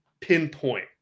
pinpoint